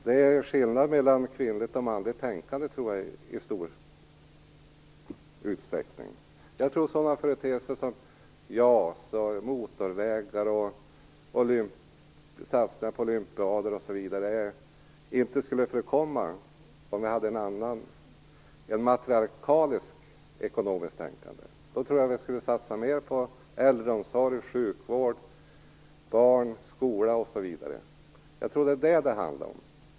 Det är i stor utsträckning skillnad mellan kvinnligt och manligt tänkande, tror jag. Sådana företeelser som JAS, motorvägar, satsningar på olympiader osv. skulle inte förekomma om vi hade ett matriarkaliskt ekonomiskt tänkande. Då tror jag att vi skulle satsa mer på äldreomsorg, sjukvård, barn, skola, m.m. Jag tror att det är detta det handlar om.